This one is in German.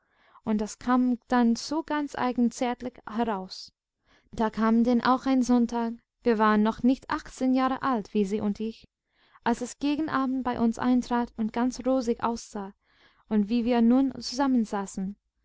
und das kam dann so ganz eigen zärtlich heraus da kam denn auch ein sonntag wir waren noch nicht achtzehn jahre alt wisi und ich als es gegen abend bei uns eintrat und ganz rosig aussah und wie wir nun zusammensaßen